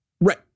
Right